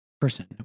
person